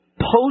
post